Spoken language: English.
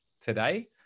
today